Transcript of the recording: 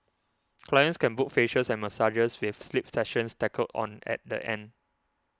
clients can book facials and massages with sleep sessions tackled on at the end